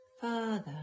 further